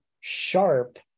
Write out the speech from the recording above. sharp